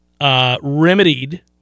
remedied